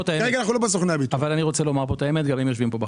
כאן את האמת גם אם הם יושבים כאן בחדר.